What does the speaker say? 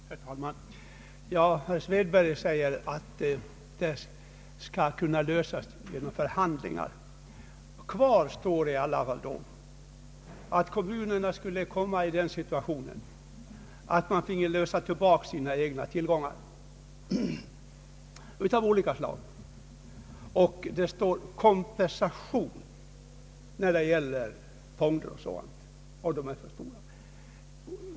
Herr talman! Herr Svedberg sade att frågan skall kunna lösas genom förhandlingar. Kvar står i alla fall att kommunerna skulle komma i den situationen att de finge lösa tillbaka sina egna tillgångar av olika slag. Det står ju ”kompensation” när det gäller fonderna.